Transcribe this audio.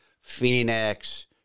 Phoenix